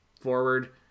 forward